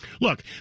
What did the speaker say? Look